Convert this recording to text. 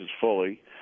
fully